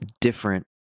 different